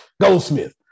Goldsmith